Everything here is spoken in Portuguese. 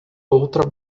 outra